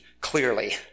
clearly